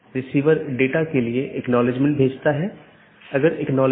एक विशेष उपकरण या राउटर है जिसको BGP स्पीकर कहा जाता है जिसको हम देखेंगे